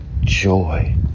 joy